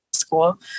School